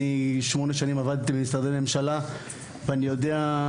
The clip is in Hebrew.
אני שמונה שנים עבדתי במשרדי ממשלה ואני יודע,